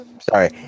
Sorry